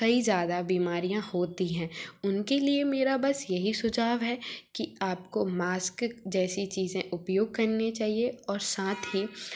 कई ज़्यादा बीमारियाँ होती हैं उनके लिए मेरा बस यही सुझाव है कि आप को मास्क जैसी चीज़ें उपयोग करनी चाहिए और साथ ही